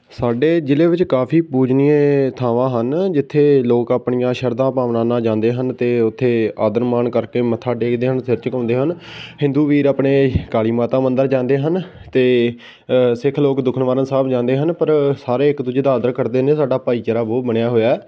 ਸਾਡੇ ਜ਼ਿਲ੍ਹੇ ਵਿੱਚ ਕਾਫ਼ੀ ਪੂਜਨੀਏ ਥਾਵਾਂ ਹਨ ਜਿੱਥੇ ਲੋਕ ਆਪਣੀਆਂ ਸ਼ਰਧਾ ਭਾਵਨਾ ਨਾਲ ਜਾਂਦੇ ਹਨ ਅਤੇ ਉੱਥੇ ਆਦਰ ਮਾਣ ਕਰਕੇ ਮੱਥਾ ਟੇਕਦੇ ਹਨ ਸਿਰ ਝੁਕਾਉਂਦੇ ਹਨ ਹਿੰਦੂ ਵੀਰ ਆਪਣੇ ਕਾਲੀ ਮਾਤਾ ਮੰਦਰ ਜਾਂਦੇ ਹਨ ਅਤੇ ਸਿੱਖ ਲੋਕ ਦੁੱਖ ਨਿਵਾਰਨ ਸਾਹਿਬ ਜਾਂਦੇ ਹਨ ਪਰ ਸਾਰੇ ਇੱਕ ਦੂਜੇ ਦਾ ਆਦਰ ਕਰਦੇ ਨੇ ਸਾਡਾ ਭਾਈਚਾਰਾ ਬਹੁਤ ਬਣਿਆ ਹੋਇਆ